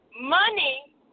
Money